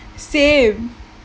same